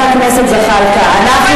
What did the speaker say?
תחזירו לנו, חבר הכנסת זחאלקה, אנחנו נסיים.